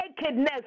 nakedness